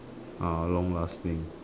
are long lasting